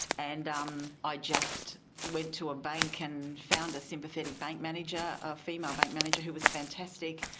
and um i just went to a bank and found a sympathetic bank manager, a female bank manager who was fantastic,